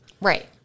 Right